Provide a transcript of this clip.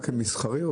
זה רק מסחרי?